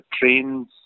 trains